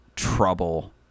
trouble